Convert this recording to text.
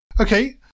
Okay